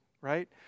right